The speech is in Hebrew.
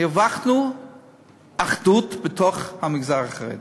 הרווחנו אחדות בתוך המגזר החרדי.